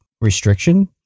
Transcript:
restriction